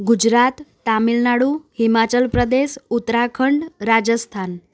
Gujarat Tamil Nadu Himachal Pradesh Uttarakhand Rajasthan